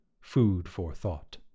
food-for-thought